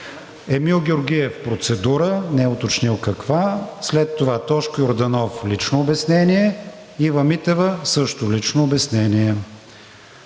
Емил Георгиев – процедура, не е уточнил каква, след това Тошко Йорданов – лично обяснение, Ива Митева – също лично обяснение.